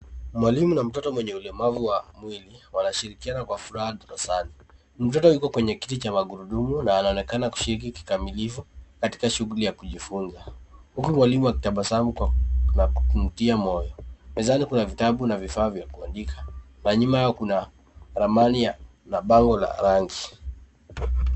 Mwalimu na mtoto mwenye ulemavu wa mawili wanashirikina kwa furaha darasani. Mtoto Yuko kwenye kiti cha magurudumu na anaonekana kushika kikamilifu katika shughuli ya kujifunza huku mwalimu akitabasamu na kumtia moyo. Mezani kuna vitabu na vifaa vya kuandika na nyuma yao kuna ramani na bango la rangi.